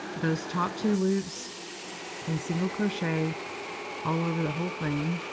those top two loops and single crochet all over the whole thing.